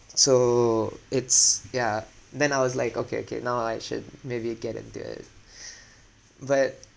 so it's yeah then I was like okay okay now I should maybe get and do it but